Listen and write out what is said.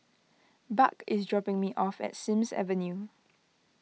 Buck is dropping me off at Sims Avenue